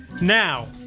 Now